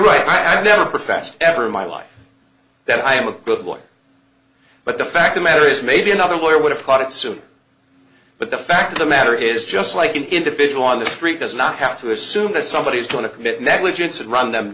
right i've never professed ever in my life that i am a good boy but the fact of matter is maybe another lawyer would have caught it soon but the fact of the matter is just like an individual on the street does not have to assume that somebody is going to commit negligence and run them